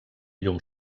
llum